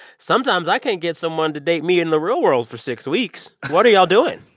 sometimes, i can't get someone to date me in the real world for six weeks. what are y'all doing?